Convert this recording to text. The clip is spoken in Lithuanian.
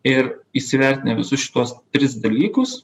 ir įsivertinę visus šituos tris dalykus